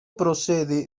procede